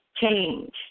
change